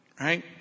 right